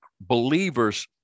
believers